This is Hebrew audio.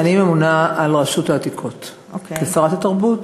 אני ממונה על רשות העתיקות כשרת התרבות.